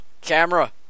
camera